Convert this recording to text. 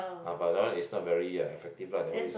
uh but that one is not very uh effective lah that one is